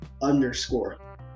underscore